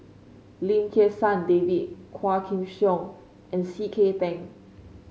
Lim Kim San David Quah Kim Song and C K Tang